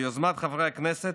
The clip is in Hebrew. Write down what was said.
ביוזמת חברי הכנסת,